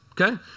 okay